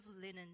linen